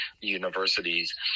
universities